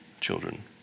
children